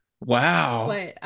wow